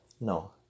No